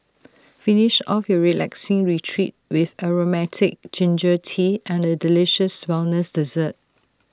finish off your relaxing retreat with Aromatic Ginger Tea and A delicious wellness dessert